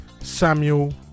Samuel